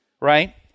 right